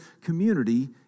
community